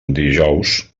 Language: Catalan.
dijous